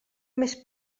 més